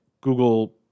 Google